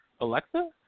Alexa